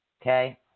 Okay